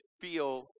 feel